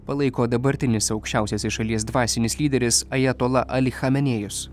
palaiko dabartinis aukščiausiasis šalies dvasinis lyderis ajatola ali chamenėjus